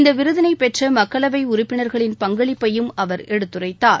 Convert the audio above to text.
இந்த விருதினை பெற்ற மக்களவை உறுப்பினர்களின் பங்களிப்பையும் அவர் எடுத்துரைத்தார்